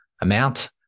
amount